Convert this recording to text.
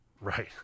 Right